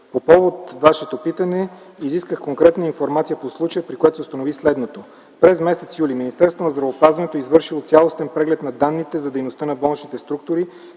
По повод на Вашето питане изисках конкретна информация по случая, при което установих следното. През м. юли т.г. Министерството на здравеопазването е извършило цялостен преглед на данните за дейността на болничните структури,